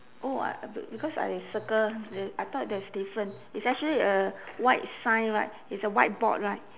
oh I be~ because I circle the I thought there's different it's actually a white sign right it's a white board right